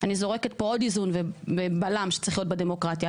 אני זורקת פה עוד איזון ובלם שצריך להיות בדמוקרטיה,